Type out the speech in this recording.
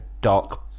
dark